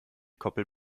koppel